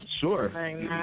sure